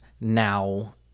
now